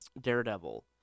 Daredevil